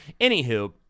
anywho